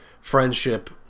friendship